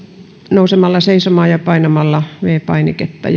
nousemaan seisomaan ja painamaan viides painiketta